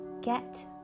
get